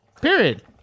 Period